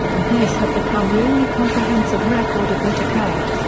and these have become the only comprehensive record of what occurred.